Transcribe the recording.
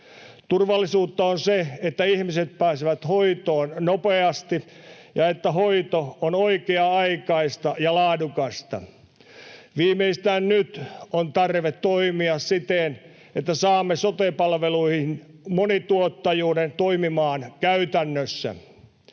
Turvallisuutta on se, että ihmiset pääsevät hoitoon nopeasti ja hoito on oikea-aikaista ja laadukasta. Viimeistään nyt on tarve toimia siten, että saamme sote-palveluihin monituottajuuden toimimaan käytännössä.